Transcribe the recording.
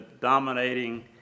dominating